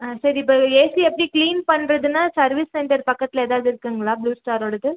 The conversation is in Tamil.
ஆ சரி இப்போ ஏசி எப்படி க்ளீன் பண்ணுறதுனா சர்வீஸ் சென்டர் பக்கத்தில் ஏதாவது இருக்குங்களா ப்ளூ ஸ்டாரோடது